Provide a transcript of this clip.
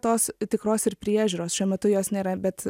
tos tikros ir priežiūros šiuo metu jos nėra bet